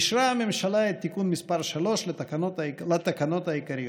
אישרה הממשלה את תיקון מס' 3 לתקנות העיקריות.